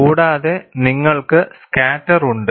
കൂടാതെ നിങ്ങൾക്ക് സ്കേറ്റർ ഉണ്ട്